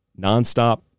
nonstop